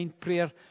prayer